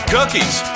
Cookies